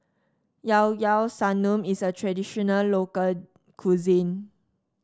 Llao Llao Sanum is a traditional local cuisine